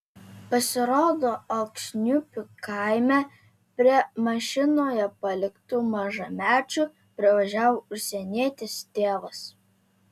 pasirodo alksniupių kaime prie mašinoje paliktų mažamečių privažiavo užsienietis tėvas